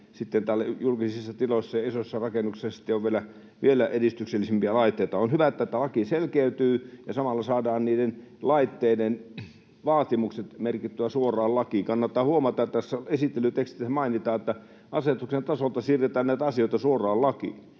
sitten täällä julkisissa tiloissa ja isoissa rakennuksissa on vielä vielä edistyksellisempiä laitteita... On hyvä, että tämä laki selkeytyy ja samalla saadaan niiden laitteiden vaatimukset merkittyä suoraan lakiin. Kannattaa huomata, että tässä esittelytekstissä mainitaan, että asetuksen tasolta siirretään näitä asioita suoraan lakiin,